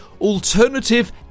alternative